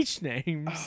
names